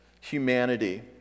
humanity